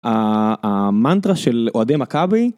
המנטרה של אוהדי מכבי.